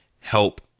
help